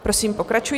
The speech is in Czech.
Prosím, pokračujte.